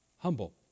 Humble